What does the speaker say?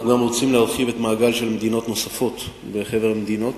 אנחנו רוצים גם להרחיב מעגל של מדינות נוספות בחבר המדינות.